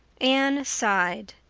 anne sighed.